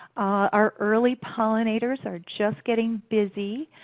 our early pollinators are just getting busy.